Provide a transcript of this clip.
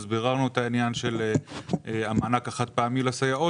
ביררנו את העניין של המענק החד פעמי לסייעות